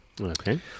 Okay